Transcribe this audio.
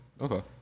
Okay